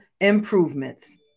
improvements